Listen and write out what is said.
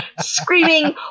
screaming